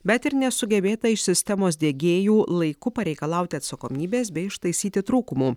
bet ir nesugebėta iš sistemos diegėjų laiku pareikalauti atsakomybės bei ištaisyti trūkumų